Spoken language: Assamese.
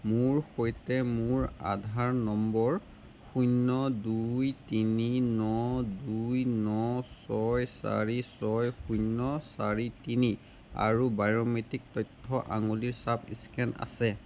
মোৰ সৈতে মোৰ আধাৰ নম্বৰ শূন্য দুই তিনি ন দুই ন ছয় চাৰি ছয় শূন্য চাৰি তিনি আৰু বায়োমেট্ৰিক তথ্য আঙুলিৰ ছাপ স্কেন আছে